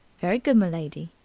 very good, m'lady.